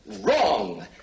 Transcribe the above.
Wrong